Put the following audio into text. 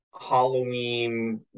Halloween